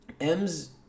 M's